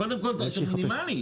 קודם כל, מינימלית.